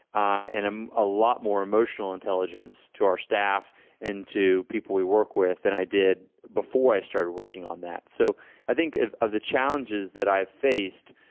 and i'm a lot more emotional intelligence to our staff and to people we work with than i did before i started working on that. so i think of of the challenges that i faced